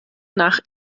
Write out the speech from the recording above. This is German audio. nach